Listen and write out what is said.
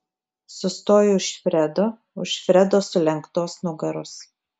sustoju už fredo už fredo sulenktos nugaros